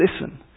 listen